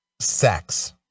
sex